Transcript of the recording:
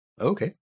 Okay